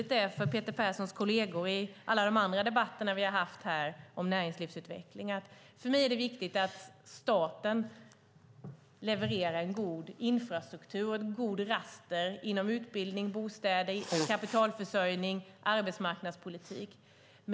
Till Peter Perssons kolleger i alla andra debatter vi här haft om näringslivsutveckling har jag sagt att det för mig är viktigt att staten levererar god infrastruktur och ett gott raster när det gäller utbildning, bostäder, kapitalförsörjning och arbetsmarknadspolitik.